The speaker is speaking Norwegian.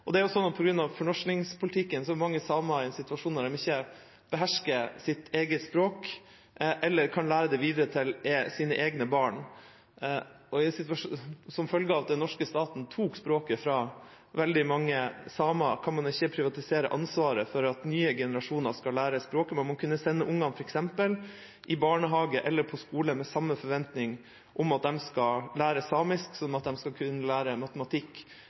Og på grunn av fornorskingspolitikken er mange samer i en situasjon der de ikke behersker sitt eget språk, eller kan lære det videre til sine egne barn. Som følge av at den norske staten tok språket fra veldig mange samer, kan man ikke privatisere ansvaret for at nye generasjoner skal lære språket. Man må f.eks. kunne sende barna i barnehage eller på skole med samme forventning om at de skal lære samisk, som at de skal kunne lære matematikk